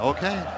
Okay